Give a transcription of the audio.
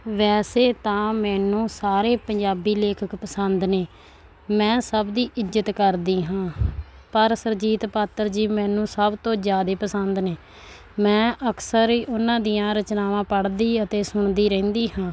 ਵੈਸੇ ਤਾਂ ਮੈਨੂੰ ਸਾਰੇ ਪੰਜਾਬੀ ਲੇਖਕ ਪਸੰਦ ਨੇ ਮੈਂ ਸਭ ਦੀ ਇੱਜ਼ਤ ਕਰਦੀ ਹਾਂ ਪਰ ਸੁਰਜੀਤ ਪਾਤਰ ਜੀ ਮੈਨੂੰ ਸਭ ਤੋਂ ਜ਼ਿਆਦਾ ਪਸੰਦ ਨੇ ਮੈਂ ਅਕਸਰ ਹੀ ਉਹਨਾਂ ਦੀਆਂ ਰਚਨਾਵਾਂ ਪੜ੍ਹਦੀ ਅਤੇ ਸੁਣਦੀ ਰਹਿੰਦੀ ਹਾਂ